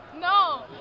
No